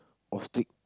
ostrich